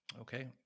Okay